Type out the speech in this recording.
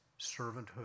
servanthood